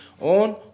on